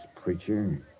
preacher